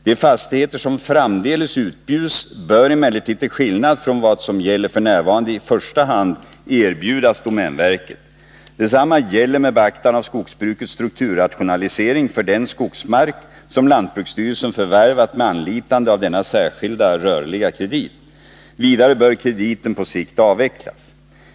De fastigheter som framdeles utbjuds bör emellertid, till skillnad från vad som gäller f. n., i första hand erbjudas domänverket. Detsamma gäller, med beaktan av skogsbrukets strukturrationalisering, för den skogsmark som lantbruksstyrelsen förvärvat med anlitande av denna särskilda rörliga kredit. Vidare bör krediten på sikt avvecklas.